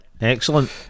Excellent